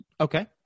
Okay